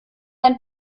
ein